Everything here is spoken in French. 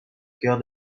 cœur